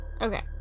Okay